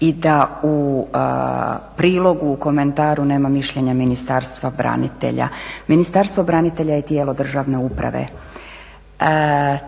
i da u prilogu, u komentaru nema mišljenja Ministarstva branitelja. Ministarstvo branitelja je tijelo državne uprave.